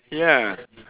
ya